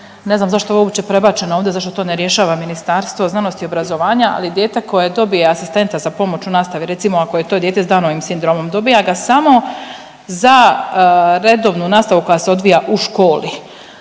ne znam zašto je uopće prebačeno ovdje zašto to ne rješava Ministarstvo znanosti i obrazovanja, ali dijete koje dobije asistenta za pomoć u nastavi recimo ako je to dijete s Downovim sindromom dobija ga samo za redovnu nastavu koja se odvija u školi,